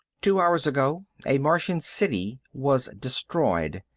two hours ago a martian city was destroyed.